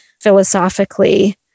philosophically